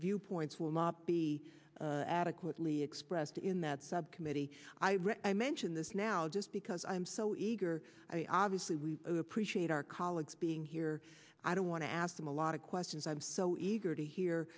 viewpoints will not be adequately expressed in that subcommittee i read i mention this now just because i'm so eager obviously we appreciate our colleagues being here i don't want to ask them a lot of questions i'm so eager to hear